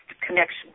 connection